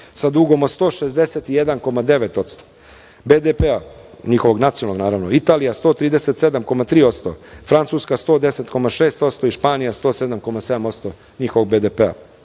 sa dugom od 161,9% BDP-a njihovog nacionalnog, Italija 137,3%, Francuska 110,6% i Španija 107,7% njihovog BDP-a. Kada